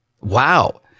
Wow